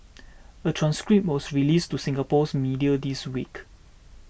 a transcript was released to Singapore's media this week